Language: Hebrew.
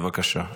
בבקשה.